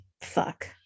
Fuck